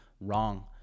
wrong